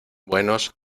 buenos